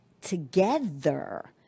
together